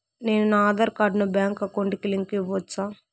నేను నా ఆధార్ కార్డును బ్యాంకు అకౌంట్ కి లింకు ఇవ్వొచ్చా?